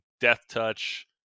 death-touch